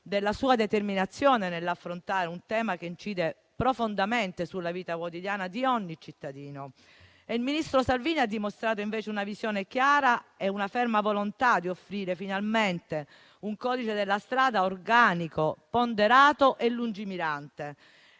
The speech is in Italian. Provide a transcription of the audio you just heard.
della sua determinazione nell'affrontare un tema che incide profondamente sulla vita quotidiana di ogni cittadino. Il ministro Salvini ha dimostrato una visione chiara e una ferma volontà di offrire finalmente un codice della strada organico, ponderato e lungimirante.